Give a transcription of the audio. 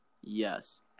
Yes